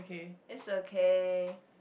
it's okay